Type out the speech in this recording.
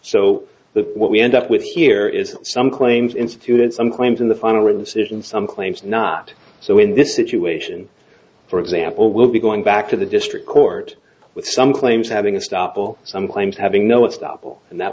that what we end up with here is some claims instituted some claims in the final or the sit and some claims not so in this situation for example will be going back to the district court with some claims having a stop will some claims having no it's doubtful and that